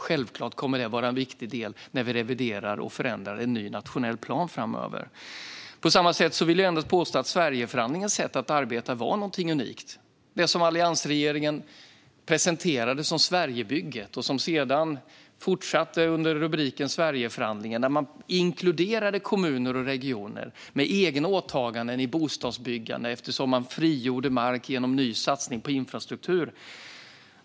Självklart kommer det att vara en viktig del när vi reviderar och förändrar en ny nationell plan framöver. Jag vill påstå att Sverigeförhandlingens sätt att arbeta var någonting unikt. Alliansregeringen presenterade det som Sverigebygget, och det fortsatte sedan under rubriken Sverigeförhandlingen. Där inkluderade man kommuner och regioner med egna åtaganden i bostadsbyggande, eftersom mark frigjordes genom ny satsning på infrastruktur.